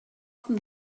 from